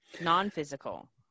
non-physical